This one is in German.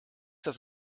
das